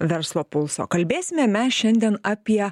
verslo pulso kalbėsime mes šiandien apie